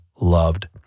loved